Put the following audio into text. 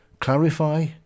Clarify